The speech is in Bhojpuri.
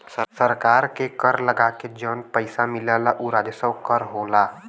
सरकार के कर लगा के जौन पइसा मिलला उ राजस्व कर होला